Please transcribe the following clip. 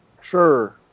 Sure